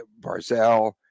Barzell